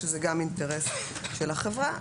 שזה גם אינטרס של החברה.